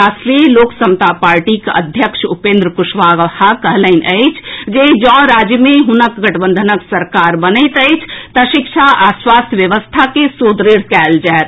राष्ट्रीय लोक समता पार्टीक अध्यक्ष उपेन्द्र कुशवाहा कहलनि अछि जे जैं राज्य मे हुनक गठबंधनक सरकार बनैत अछि तऽ शिक्षा आ स्वास्थ्य व्यवस्था के सुदृढ़ कयल जाएत